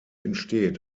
entsteht